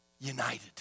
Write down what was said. United